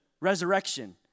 resurrection